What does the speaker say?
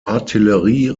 artillerie